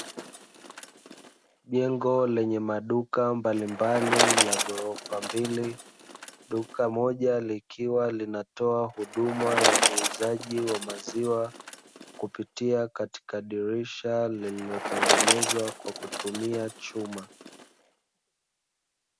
Jengo lenye maduka mbalimbali la ghorofa mbili, duka moja likiwa linatoa huduma ya uuzaji wa maziwa kupitia katika dirisha lililotengenezwa kwa kutumia chuma.